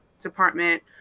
department